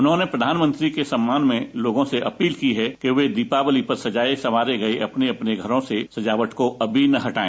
उन्होंने प्रधानमंत्री के सम्मान में लोगों से अपील की है कि वे दीपावली पर सजाए सवारे गए अपने अपने घरों से सजावट को अभी ना हटाए